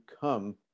come